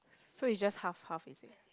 so it's just half half is it